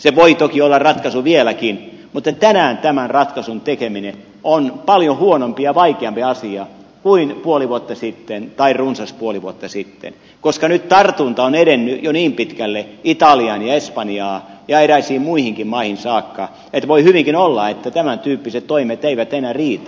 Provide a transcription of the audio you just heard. se voi toki olla ratkaisu vieläkin mutta tänään tämän ratkaisun tekeminen on paljon huonompi ja vaikeampi asia kuin puoli vuotta sitten tai runsas puoli vuotta sitten koska nyt tartunta on edennyt jo niin pitkälle italiaan ja espanjaan ja eräisiin muihinkin maihin saakka että voi hyvinkin olla että tämäntyyppiset toimet eivät enää riitä